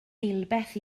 eilbeth